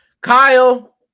Kyle